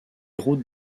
routes